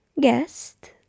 guest